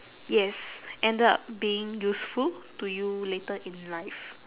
yes ended up being useful to you later in life